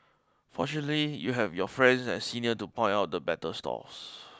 fortunately you have your friends and senior to point out the better stalls